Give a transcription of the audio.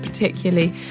Particularly